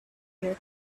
your